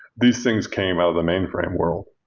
these things came out of the main frame world.